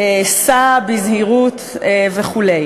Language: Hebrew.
"סע בזהירות" וכו'.